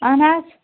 اَہَن حظ